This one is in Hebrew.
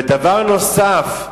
ודבר נוסף,